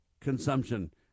consumption